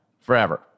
forever